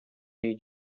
niej